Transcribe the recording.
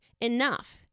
enough